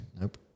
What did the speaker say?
Nope